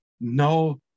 No